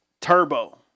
Turbo